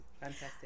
Fantastic